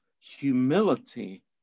humility